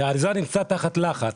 שהאריזה נמצאת תחת לחץ.